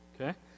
Okay